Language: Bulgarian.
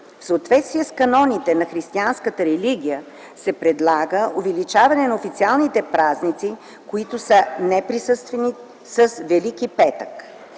В съответствие с каноните на християнската религия се предлага увеличаване на официалните празници, които са неприсъствени, с Велики петък.